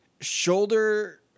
shoulder